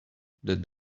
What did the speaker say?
that